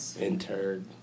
Interred